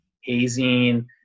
hazing